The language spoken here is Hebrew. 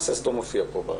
מעשה סדום מופיע פה.